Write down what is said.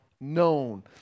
known